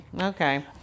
Okay